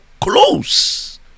close